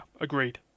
agreed